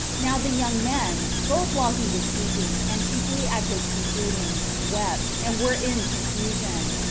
now the young men, both while he was speaking, and chiefly at his concluding, wept, and were in confusion.